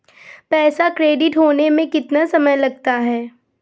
पैसा क्रेडिट होने में कितना समय लगता है?